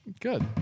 Good